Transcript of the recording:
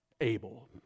able